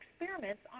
experiments